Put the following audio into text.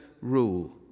rule